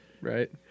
right